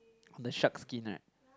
on the shark skin right